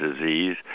disease